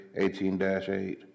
18-8